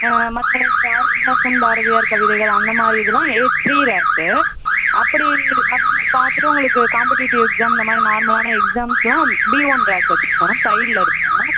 மற்ற பாரதிதாசன் பாரதியார் கவிதைகள் அந்தமாதிரி இதலாம் ஏ த்ரீ ரேக்கு அப்படி அதில் பார்த்துட்டு உங்களுக்கு காம்பட்டீட்டிவ் எக்ஸாம் இந்தமாதிரி நார்மலான எக்ஸாம்லாம் பி ஒன் ரேக் வச்சுருக்கோம் சைடுலிருக்கும்